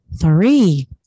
three